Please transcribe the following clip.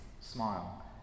smile